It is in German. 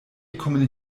kommen